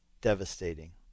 devastating